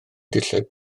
dillad